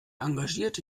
engagierte